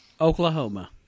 Oklahoma